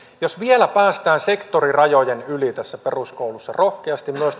jos vielä päästään sektorirajojen yli peruskoulussa rohkeasti myös